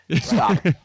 Stop